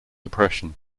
depression